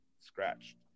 scratched